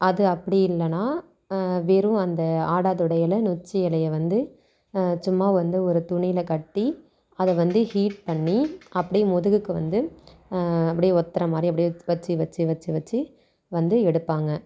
அது அப்படி இல்லைனா வெறும் இந்த ஆடாதொடை எலை நொச்சி இலைய வந்து சும்மா வந்து ஒரு துணியில் கட்டி அதை வந்து ஹீட் பண்ணி அப்படியே முதுகுக்கு வந்து அப்படியே ஒத்துற மாதிரி அப்படியே வச்சு வச்சு வச்சு வச்சு வந்து எடுப்பாங்க